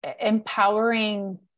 empowering